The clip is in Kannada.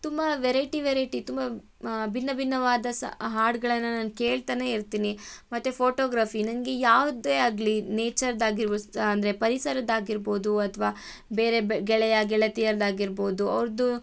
ತುಂಬ ವೆರೈಟಿ ವೆರೈಟಿ ತುಂಬ ಭಿನ್ನ ಭಿನ್ನವಾದ ಸ ಹಾಡ್ಗಳನ್ನು ನಾನು ಕೇಳ್ತಾನೆ ಇರ್ತೀನಿ ಮತ್ತು ಫೋಟೋಗ್ರಫಿ ನನಗೆ ಯಾವುದೇ ಆಗಲೀ ನೇಚರ್ದಾಗಿರ್ಬೋದು ಅಂದರೆ ಪರಿಸರದ್ದಾಗಿರ್ಬೋದು ಅಥ್ವಾ ಬೆ ಗೆಳೆಯ ಗೆಳತಿಯರದ್ದಾಗಿರ್ಬೋದು ಅವ್ರದ್ದು